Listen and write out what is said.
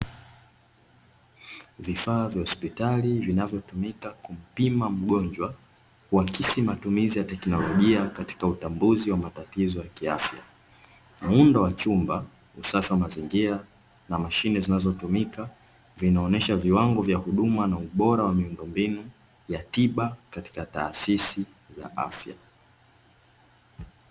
Vifaa vya hospitali vinavyotumika kumpima mgonjwa, kuakisi matumizi ya teknolojia katika utambuzi wa matatizo ya kiafya, muundo wa chumba, usafi wa mazingira na mashine zinazotumika, zinaonesha viwango vya huduma na ubora wa miundombinu ya tiba katika taasisi za kiafya.